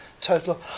total